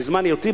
בזמן היותי,